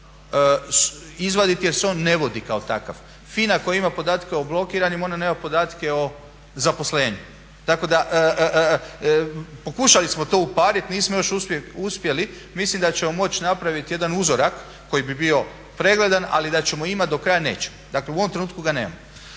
izvaditi jer se on ne vodi kao takav. FINA koja ima podatke o blokiranim ona nema podatke o zaposlenju. Tako da pokušali smo to upariti, nismo još uspjeli, mislim da ćemo moći napraviti jedan uzorak koji bi bio pregledan ali da ćemo imati do kraja, nećemo. Dakle, u ovom trenutku ga nemamo.